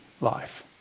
life